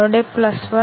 ഇപ്പോൾ B യുടെ കാര്യമോ